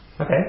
Okay